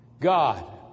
God